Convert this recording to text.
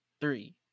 three